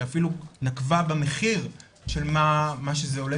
שאפילו נקבה במחיר של מה שזה עולה,